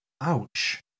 ouch